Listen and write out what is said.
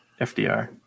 FDR